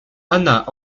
anna